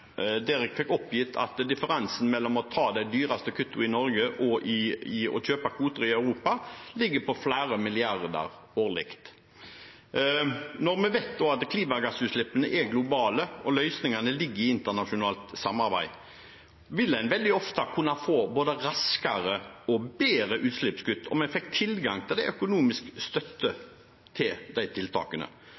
fikk oppgitt at differansen mellom å ta de dyreste kuttene i Norge og å kjøpe kvoter i Europa ligger på flere milliarder årlig. Når vi vet at klimagassutslippene er globale og løsningene ligger i internasjonalt samarbeid, vil en veldig ofte kunne få både raskere og bedre utslippskutt om man får tilgang til økonomisk støtte til de tiltakene.